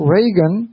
Reagan